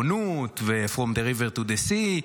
הריבונות ו-from the river to the sea,